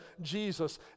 Jesus